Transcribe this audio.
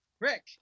Rick